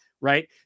Right